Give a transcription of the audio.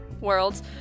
worlds